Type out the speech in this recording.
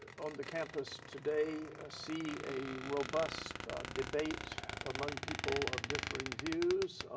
on the campus today see a robust debate among people of differing views?